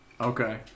Okay